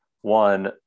One